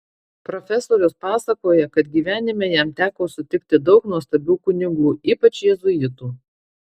profesorius pasakoja kad gyvenime jam teko sutikti daug nuostabių kunigų ypač jėzuitų